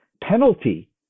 penalty